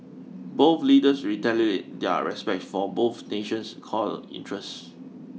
both leaders reiterated their respect for both nation's core interests